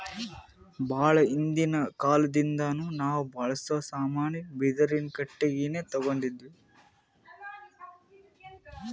ಭಾಳ್ ಹಿಂದಿನ್ ಕಾಲದಿಂದಾನು ನಾವ್ ಬಳ್ಸಾ ಸಾಮಾನಿಗ್ ಬಿದಿರಿನ್ ಕಟ್ಟಿಗಿನೆ ತೊಗೊತಿದ್ವಿ